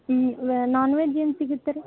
ಹ್ಞೂ ನಾನ್ವೆಜ್ ಏನು ಸಿಗತ್ತೆ ರೀ